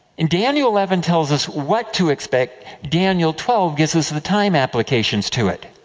in daniel eleven tells us what to expect, daniel twelve gives us the time applications to it.